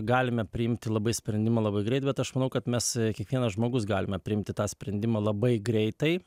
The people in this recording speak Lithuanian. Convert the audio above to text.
galime priimti labai sprendimą labai greit bet aš manau kad mes kiekvienas žmogus galime priimti tą sprendimą labai greitai